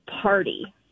party